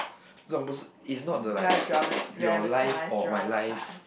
中不是 is not the like your life or my life